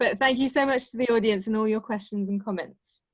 but thank you so much to the audience and all your questions and comments.